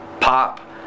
pop